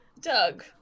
Doug